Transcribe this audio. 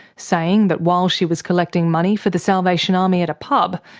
saying that while she was collecting money for the salvation army at a pub,